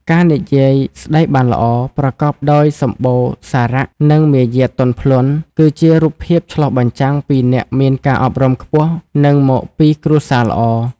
ការនិយាយស្ដីបានល្អ ប្រកបដោយសម្បូរសារៈ និងមារយាទទន់ភ្លន់ គឺជារូបភាពឆ្លុះបញ្ចាំងពីអ្នកមានការអប់រំខ្ពស់ និងមកពីគ្រួសារល្អ។